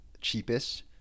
cheapest